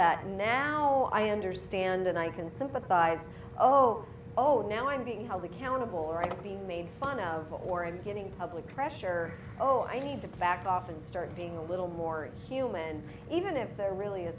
that now i understand and i can sympathize oh oh now i'm being held accountable for being made fun of or and getting public pressure oh i need to back off and start being a little more human even if they're really a